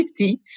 50